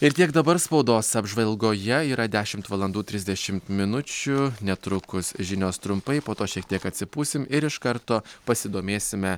ir tiek dabar spaudos apžvalgoje yra dešimt valandų trisdešimt minučių netrukus žinios trumpai po to šiek tiek atsipūsim ir iš karto pasidomėsime